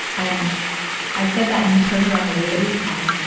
and i said that, and he turned around the way that we had come.